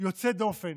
יוצא דופן